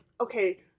okay